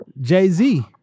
Jay-Z